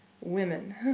Women